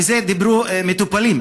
ואת זה אמרו מטופלים,